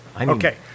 Okay